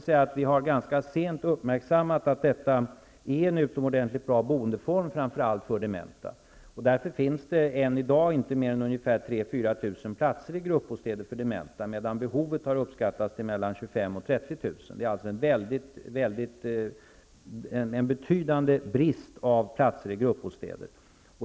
Man har ganska sent uppmärksammat att detta är en utomordentligt bra boendeform, framför allt för dementa. Därför finns det än i dag inte mer än 3 000 eller 4 000 tusen platser i gruppbostäder för dementa, medan behovet har uppskattats till mellan 25 000 och 30 000. Det finns alltså en betydande brist på platser i gruppbostäder.